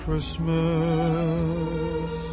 Christmas